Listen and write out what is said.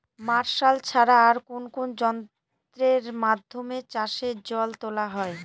Martial ছাড়া আর কোন কোন যন্ত্রেরর মাধ্যমে চাষের জল তোলা হয়?